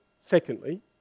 secondly